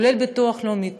כולל ביטוח לאומי,